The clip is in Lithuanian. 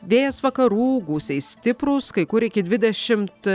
vėjas vakarų gūsiai stiprūs kai kur iki dvidešimt